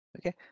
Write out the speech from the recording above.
Okay